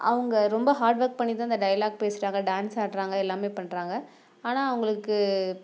அவங்க ரொம்ப hard work பண்ணி தான் அந்த டயலாக் பேசுகிறாங்க டேன்ஸ் ஆடுகிறாங்க எல்லாம் பண்ணுறாங்க ஆனால் அவர்களுக்கு